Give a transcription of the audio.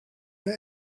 der